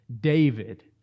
David